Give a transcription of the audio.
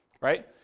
right